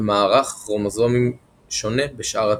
ומערך כרומוזומים שונה בשאר התאים.